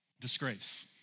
disgrace